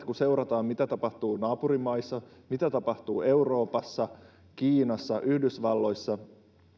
kun seurataan mitä tapahtuu naapurimaissa mitä tapahtuu euroopassa kiinassa yhdysvalloissa